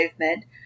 movement